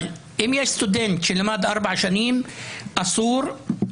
אני חושבת שהבעיה מתחילה בזה שהסינון כביכול נעשה בסוף התהליך ולא